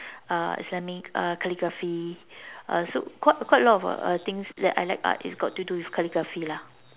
uh islamic uh calligraphy uh so quite quite a lot of things that I like art is got to do with calligraphy lah